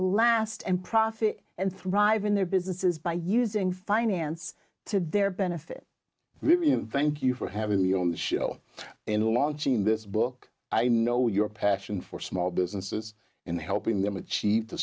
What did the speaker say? last and profit and thrive in their businesses by using finance to their benefit thank you for having me on the show and launching this book i know your passion for small businesses in helping them achieve to